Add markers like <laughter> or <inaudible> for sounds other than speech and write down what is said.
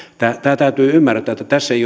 tämä tämä täytyy ymmärtää että tässä ei <unintelligible>